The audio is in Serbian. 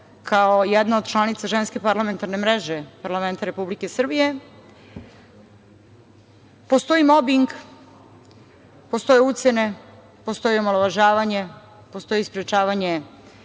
kao jedna od članica Ženske parlamentarne mreže parlamenta Republike Srbije. Postoji mobing, postoje ucene, postoji omalovažavanje, postoji sprečavanje